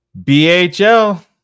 BHL